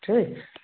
ठीक